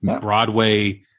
Broadway